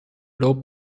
low